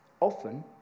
Often